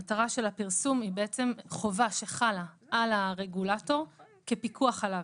המטרה של הפרסום היא חובה שחלה על הרגולטור כפיקוח עליו.